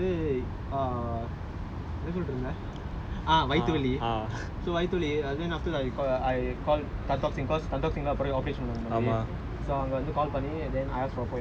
ஆமா என்னனா வந்து வயித்துவலி:aamaa ennanaa vantu vayithuvali then afterwards I call I call tan-tock-seng because tan-tock-seng operation talk பண்ணாங்கே முன்னாடி:pannaangae munnaadi